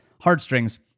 heartstrings